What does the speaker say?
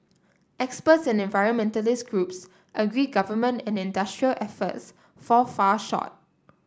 experts and environmentalist groups agree government and industry efforts fall far short